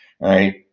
right